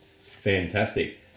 Fantastic